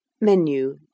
menu